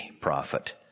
prophet